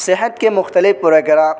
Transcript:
صحت کے مختلف پروگرام